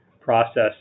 process